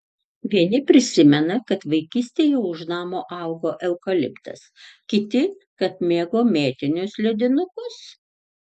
vieni prisimena kad vaikystėje už namo augo eukaliptas kiti kad mėgo mėtinius ledinukus